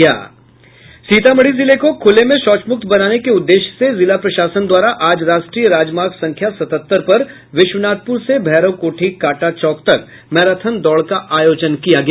सीमातढ़ी जिले को खूले में शौचमुक्त बनाने के उददेश्य से जिला प्रशासन द्वारा आज राष्ट्रीय राजमार्ग संख्या सतहत्तर पर विश्वनाथपुर से भैरोकोठी कांटा चौक तक मैराथन दौड़ का आयोजन किया गया